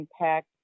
impact